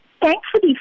thankfully